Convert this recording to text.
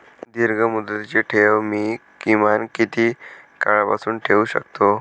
दीर्घमुदतीचे ठेव मी किमान किती काळासाठी ठेवू शकतो?